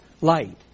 light